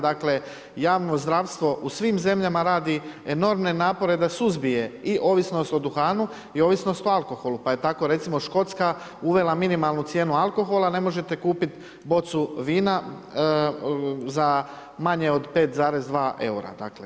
Dakle, javno zdravstvo u svim zemljama radi enormne napore da suzbije i ovisnost o duhanu i ovisnost o alkoholu, pa je tako recimo Škotska uvela minimalnu cijenu alkohola, ne možete kupiti bocu vina za manje od 5,2 eura.